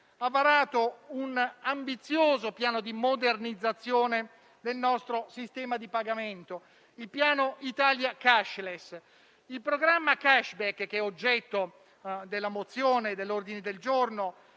ha varato un ambizioso piano di modernizzazione del nostro sistema di pagamento, il Piano Italia *cashless*. Il programma *cashback*, oggetto della mozione e dell'ordine del giorno